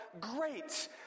great